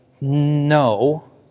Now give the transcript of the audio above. No